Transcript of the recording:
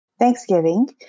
Thanksgiving